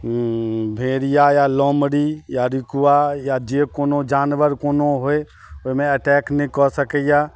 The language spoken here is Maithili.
भेड़िया या लौमरी या रिकुआ या जे कोनो जानवर कोनो होइ ओहिमे अटैक नहि कऽ सकैया